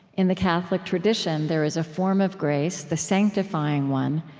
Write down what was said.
in the catholic tradition there is a form of grace, the sanctifying one,